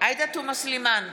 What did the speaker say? עאידה תומא סלימאן,